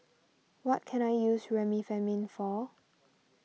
what can I use Remifemin for